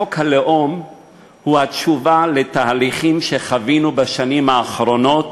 חוק הלאום הוא התשובה לתהליכים שחווינו בשנים האחרונות